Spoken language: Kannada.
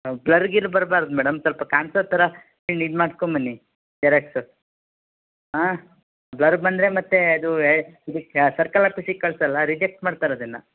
ಬ್ಲರ್ ಗಿರ್ ಬರ್ಬಾರ್ದು ಮೇಡಮ್ ಸ್ವಲ್ಪ ಕಾಣಿಸೋ ಥರ ಇದು ಮಾಡ್ಸ್ಕೊಂಬನ್ನಿ ಜೆರಾಕ್ಸು ಹಾಂ ಬ್ಲರ್ ಬಂದರೆ ಮತ್ತೆ ಅದು ಇದಕ್ಕೆ ಸರ್ಕಲ್ ಆಫೀಸಿಗೆ ಕಳಿಸಲ್ಲ ರಿಜೆಕ್ಟ್ ಮಾಡ್ತಾರದನ್ನು